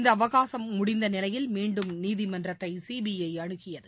இந்தஅவகாசம் முடிந்தநிலையில் மீண்டும் நீதிமன்றத்தைசிபிஐஅனுகியது